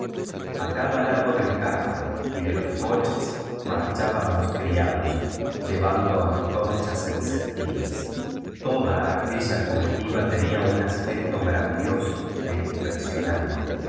a cada lado del carro y de los coches marchaban los criados llevando antorchas encendidas toda aquella comitiva tenía un aspecto grandioso e impresionante l